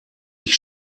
ich